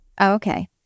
okay